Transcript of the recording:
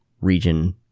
region